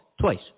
twice